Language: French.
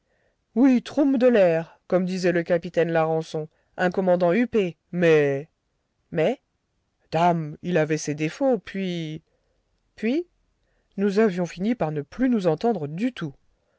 oui troun de l'air comme disait le capitaine larençon un commandant huppé mais mais dame il avait ses défauts puis puis nous avions fini par ne plus nous entendre du tout